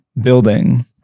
building